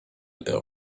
air